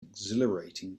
exhilarating